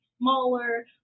smaller